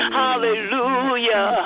hallelujah